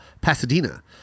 pasadena